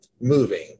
moving